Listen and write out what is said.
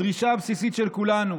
בדרישה הבסיסית של כולנו